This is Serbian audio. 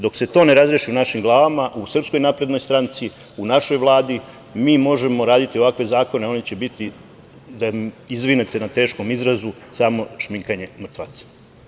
Dok se to ne razreši u našim glavama, u SNS, u našoj Vladi mi možemo raditi ovakve zakone, a oni će biti, da izvinite na teškom izrazu, samo šminkanje mrtvaca.